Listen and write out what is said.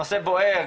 הנושא בוער,